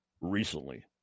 recently